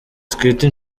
twita